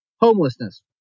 homelessness